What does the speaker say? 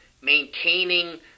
maintaining